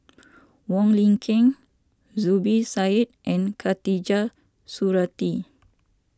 Wong Lin Ken Zubir Said and Khatijah Surattee